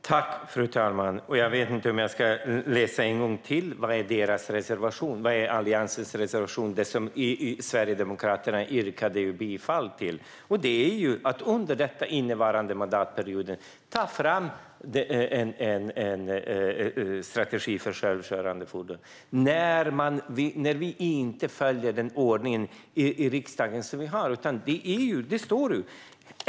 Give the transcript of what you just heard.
Fru talman! Jag vet inte om jag ska läsa en gång till från Alliansens motion, som Sverigedemokraterna yrkade bifall till, nämligen att regeringen bör ta fram en strategi för självkörande fordon under innevarande mandatperiod. Man följer inte den ordning som vi har i riksdagen.